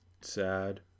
Sad